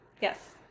yes